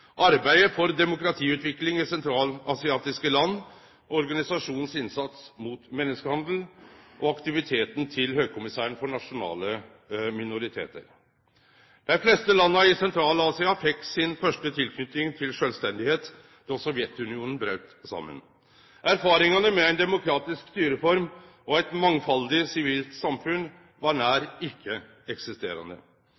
arbeidet for demokratiutvikling i sentralasiatiske land, organisasjonens innsats mot menneskehandel og aktivitetane til Høgkommissæren for nasjonale minoritetar. Dei fleste landa i Sentral-Asia fekk si første tilknyting med sjølvstendigheit då Sovjetunionen braut saman. Erfaringane med ei demokratisk styreform og eit mangfaldig sivilt samfunn var nær